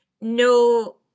No